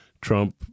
Trump